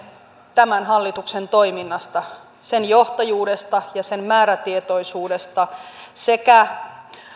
tämän hallituksen toiminnasta sen johtajuudesta ja sen määrätietoisuudesta sekä